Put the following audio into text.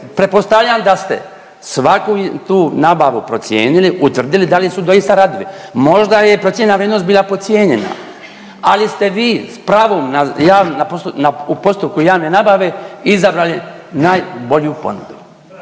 pretpostavljam da ste svaku tu nabavu procijenili, utvrdili da li su doista radovi. Možda je procijenjena vrijednost bila podcijenjena, ali ste vi s pravom u postupku javne nabave izabrali najbolju ponudu